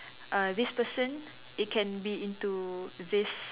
uh this person it can be into this